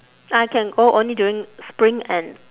I can go only during spring and